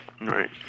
Right